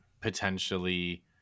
potentially